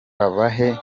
babahe